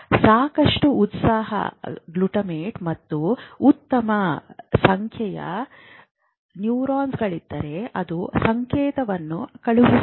ಸಾಕಷ್ಟು ಉತ್ಸಾಹ ಗ್ಲುಟಾಮೇಟ್ ಮತ್ತು ಉತ್ತಮ ಸಂಖ್ಯೆಯ ನ್ಯೂರಾನ್ಗಳಿದ್ದರೆ ಅದು ಸಂಕೇತವನ್ನು ಕಳುಹಿಸುತ್ತದೆ